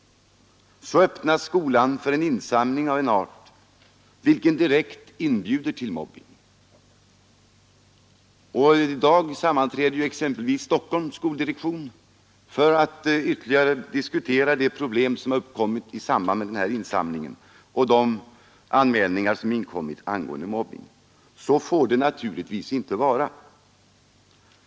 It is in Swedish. Så öppnas skolan för en insamling av en art som direkt inbjuder till mobbing. I dag sammanträder exempelvis Stockholms skoldirektion för att ytterligare diskutera förhållandena i samband med insamlingen och de anmälningar som inkommit angående mobbing. Så får det naturligtvis inte vara.